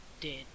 dead